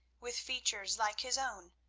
with features like his own,